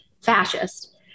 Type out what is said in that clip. fascist